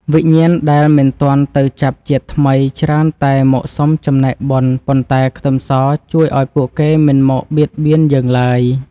វិញ្ញាណដែលមិនទាន់ទៅចាប់ជាតិថ្មីច្រើនតែមកសុំចំណែកបុណ្យប៉ុន្តែខ្ទឹមសជួយឱ្យពួកគេមិនមកបៀតបៀនយើងឡើយ។